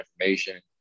information